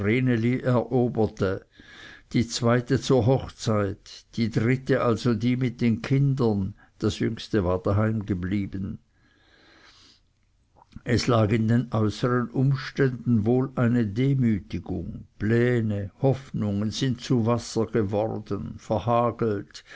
die zweite zur hochzeit die dritte also die mit drei kindern das jüngste war daheim geblieben es lag in den äußern umständen wohl eine demütigung pläne hoffnungen sind zu wasser geworden verhagelt